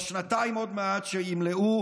בשנתיים שימלאו